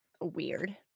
weird